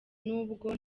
nubwo